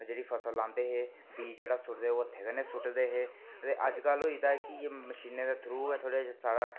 जेहड़ी फसल लांदे हे बीऽ जेहड़ा सु'टदे हे ओह् हत्थें कन्नै सु'टदे हे अजकल होई गेदा कि मशीनें दे थ्रू गै साढ़ा